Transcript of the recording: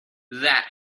that